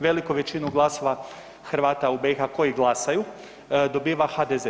Veliku većinu glasova Hrvata u BiH koji glasaju dobiva HDZ.